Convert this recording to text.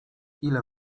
ile